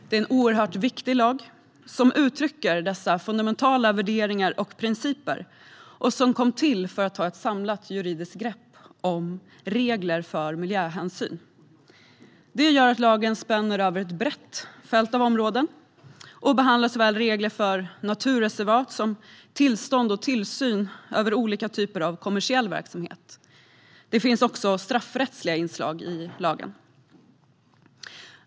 Det är en oerhört viktig lag som uttrycker dessa fundamentala värderingar och principer och som kom till för att ta ett samlat juridiskt grepp om regler för miljöhänsyn. Det gör att lagen spänner över ett brett fält av områden och behandlar såväl regler för naturreservat som tillstånd för och tillsyn över olika typer av kommersiell verksamhet. Det finns också straffrättsliga inslag i lagen.